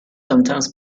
sometimes